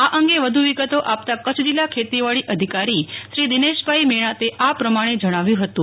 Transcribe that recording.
આ અંગે વધુ વિગતો આપતા કચ્છ જિલ્લા ખેતીવાડી અધિકારી શ્રી દિનેશભાઈ મેણાતે આ પ્રમાણે જણાવ્યું હતું